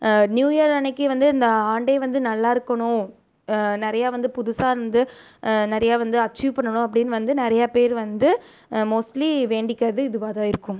new year அன்றைக்கு வந்து இந்த ஆண்டே வந்து நல்லாயிருக்கணும் நிறையா வந்து புதுசாக இருந்து நிறையா வந்து அச்சீவ் பண்ணணும் அப்படின்னு வந்து நிறைய பேர் வந்து மோஸ்ட்லி வேண்டிக்கிறது இதுவாதான் இருக்கும்